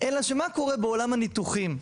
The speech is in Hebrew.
אלא שמה קורה בעולם הניתוחים?